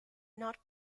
not